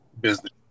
business